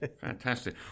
Fantastic